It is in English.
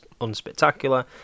unspectacular